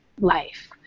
life